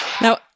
now